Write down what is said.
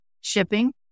shipping